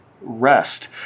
Rest